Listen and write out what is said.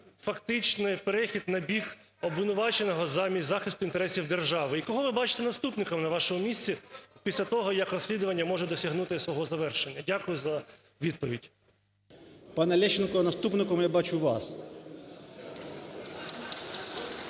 Дякую за відповідь.